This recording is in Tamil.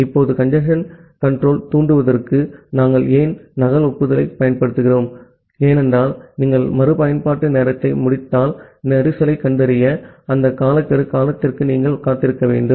இப்போது கஞ்சேஸ்ன் கட்டுப்பாட்டைத் தூண்டுவதற்கு நாங்கள் ஏன் நகல் ஒப்புதலைப் பயன்படுத்துகிறோம் ஏனென்றால் நீங்கள் மறுபயன்பாட்டு நேரத்தை முடித்தால் கஞ்சேஸ்ன் கண்டறிய அந்த காலக்கெடு காலத்திற்கு நீங்கள் காத்திருக்க வேண்டும்